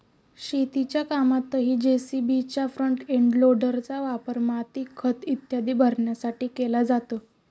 शेतीच्या कामातही जे.सी.बीच्या फ्रंट एंड लोडरचा वापर माती, खत इत्यादी भरण्यासाठी केला जातो